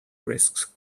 risks